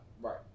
Right